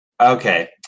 Okay